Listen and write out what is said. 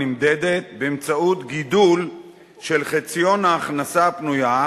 הנמדדת באמצעות גידול של חציון ההכנסה הפנויה,